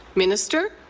minister.